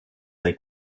dai